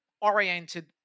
oriented